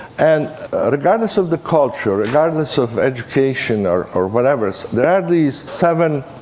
and regardless of the culture, regardless of education or or whatever, there are these seven